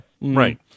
Right